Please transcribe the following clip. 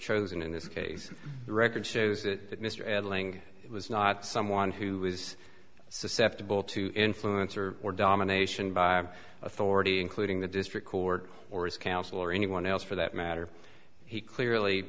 chosen in this case record shows that mr ed lang was not someone who was susceptible to influence or or domination by authority including the district court or his counsel or anyone else for that matter he clearly